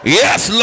yes